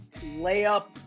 layup